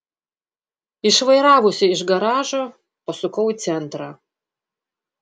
išvairavusi iš garažo pasukau į centrą